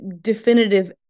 definitive